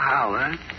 Howard